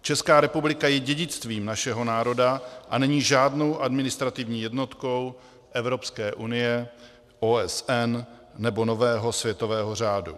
Česká republika je dědictvím našeho národa a není žádnou administrativní jednotkou Evropské unie, OSN nebo nového světového řádu.